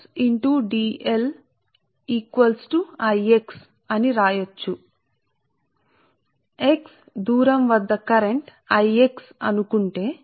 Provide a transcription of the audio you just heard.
పటం 1 లో చూపినట్లుగా ఇది మీ పటం 1ఇది పటం 1 మరియు అందువల్ల మీరు వ్రాసే లూప్ ఇంటిగ్రల్ x దూరం వద్ద అనుకుందాం కరెంట్ నేను I x అని చెప్తున్నానుసరే